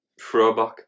throwback